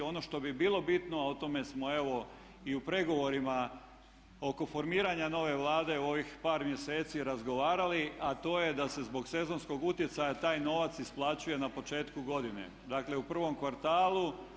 Ono što bi bilo bitno, o tome smo evo i u pregovorima oko formiranja nove Vlade u ovih par mjeseci razgovarali, a to je da se zbog sezonskog utjecaja taj novac isplaćuje na početku godine dakle u prvom kvartalu.